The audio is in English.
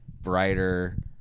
brighter